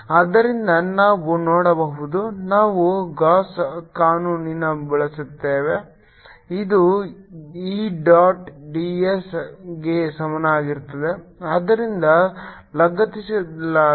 ಆದ್ದರಿಂದ ನಾವು ನೋಡಬಹುದು ನಾವು ಗಾಸ್ ಕಾನೂನನ್ನು ಬಳಸುತ್ತೇವೆ ಇದು E ಡಾಟ್ d s ಗೆ ಸಮಾನವಾಗಿರುತ್ತದೆ ಆದ್ದರಿಂದ ಲಗತ್ತಿಸಲಾಗಿದೆ